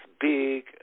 big